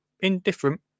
Indifferent